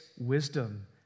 wisdom